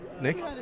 Nick